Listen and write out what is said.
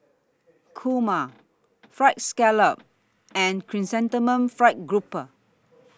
Kurma Fried Scallop and Chrysanthemum Fried Grouper